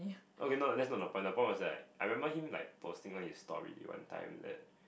okay no that's not the point the point was that I remember him like posting on his story one time that